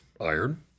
iron